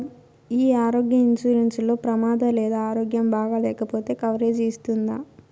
ఈ ఆరోగ్య ఇన్సూరెన్సు లో ప్రమాదం లేదా ఆరోగ్యం బాగాలేకపొతే కవరేజ్ ఇస్తుందా?